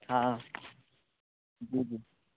हाँ हाँ जी जी